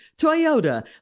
Toyota